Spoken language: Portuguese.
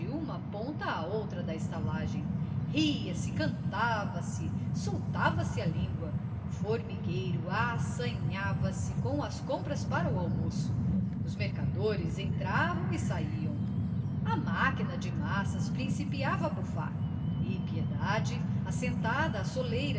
uma ponta à outra da estalagem ria-se cantava-se soltava se a língua o formigueiro assanhava se com as compras para o almoço os mercadores entravam e saiam a máquina de massas principiava a bufar e piedade assentada à soleira